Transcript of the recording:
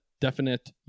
definite